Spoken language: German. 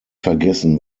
vergessen